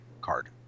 card